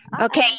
Okay